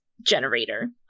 generator